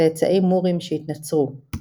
צאצאי מורים שהתנצרו.